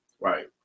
right